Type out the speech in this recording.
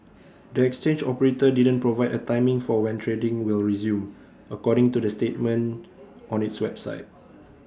the exchange operator didn't provide A timing for when trading will resume according to the statement on its website